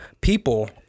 people